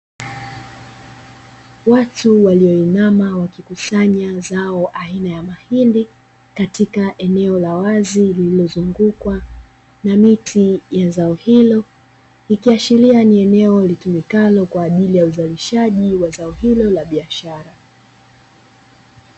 Watu walioinama wakikusanya zao aina ya mahindi katika eneo la wazi, lililozungukwa na miti ya zao hilo ikiashiria ni eneo litumikalo kwa ajili ya uzalishaji wa zao hilo la biashara.